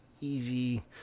easy